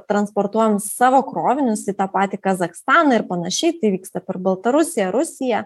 transportuojam savo krovinius į tą patį kazachstaną ir panašiai tai vyksta per baltarusiją rusiją